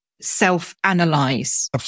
self-analyze